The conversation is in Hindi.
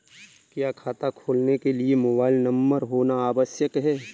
क्या खाता खोलने के लिए मोबाइल नंबर होना आवश्यक है?